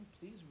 please